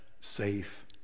safe